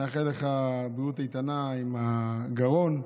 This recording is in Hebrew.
נאחל לך בריאות איתנה עם הגרון.